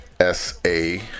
S-A